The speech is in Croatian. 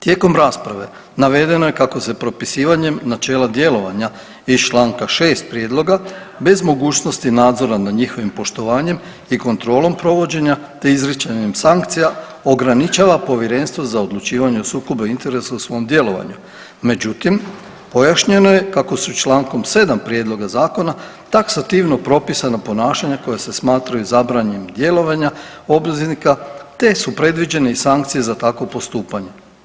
Tijekom rasprave navedeno je kako se propisivanjem načela djelovanja iz čl. 6. prijedloga bez mogućnosti nadzora nad njihovim poštovanjem i kontrolom provođenja te izricanjem sankcija ograničava Povjerenstvo za odlučivanje o sukobu interesa u svom djelovanju, međutim pojašnjeno je kako su čl. 7. prijedloga zakona taksativno propisana ponašanja koja se smatraju zabranom djelovanja obveznika te su predviđene i sankcije za takvo postupanje.